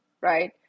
right